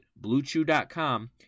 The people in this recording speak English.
bluechew.com